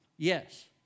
Yes